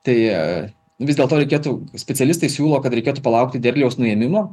tai vis dėlto reikėtų specialistai siūlo kad reikėtų palaukti derliaus nuėmimo